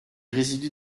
résidus